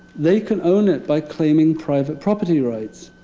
they can own it by claiming private property rights.